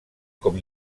com